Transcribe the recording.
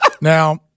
Now